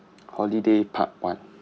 holiday part one